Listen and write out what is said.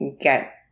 get